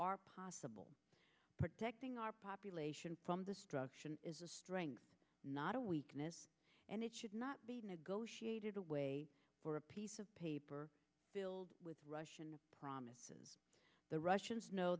are possible protecting our population from the struction is a strength not a weakness and it should not be negotiated away or a piece of paper filled with russian promises the russians know